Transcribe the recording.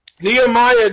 Nehemiah